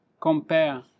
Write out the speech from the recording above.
compare